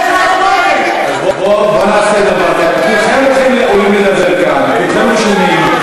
כולכם עולים לדבר כאן, כולכם רשומים.